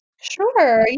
Sure